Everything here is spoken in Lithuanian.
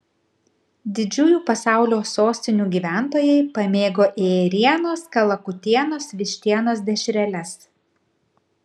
didžiųjų pasaulio sostinių gyventojai pamėgo ėrienos kalakutienos vištienos dešreles